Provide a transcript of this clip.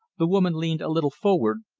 the woman leaned a little forward,